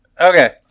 Okay